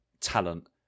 talent